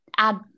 Add